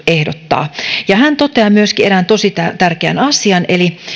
ehdottaa ja hän toteaa myöskin erään tosi tärkeän asian eli